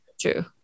True